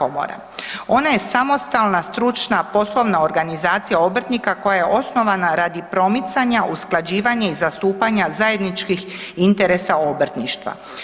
Ona je samostalna, stručna, poslovna organizacija obrtnika koja je osnovana radi promicanja, usklađivanja i zastupanja zajedničkih interesa obrtništva.